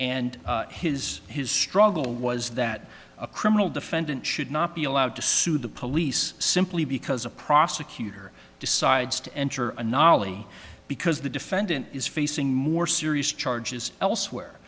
and his his struggle was that a criminal defendant should not be allowed to sue the police simply because a prosecutor decides to enter a nalini because the defendant is facing more serious charges elsewhere